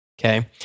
okay